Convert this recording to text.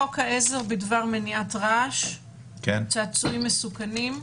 חוק עזר בדבר מניעת רעש, צעצועים מסוכנים,